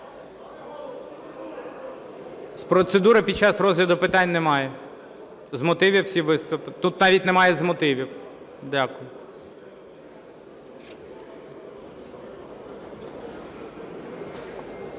З процедури, під час розгляду питань, немає. З мотивів всі... Тут навіть немає з мотивів. Дякую.